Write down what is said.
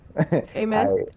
Amen